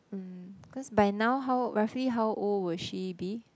mm cause by now how roughly how old will she be